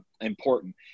important